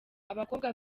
abakobwa